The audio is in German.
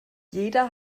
jeder